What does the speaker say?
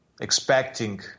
expecting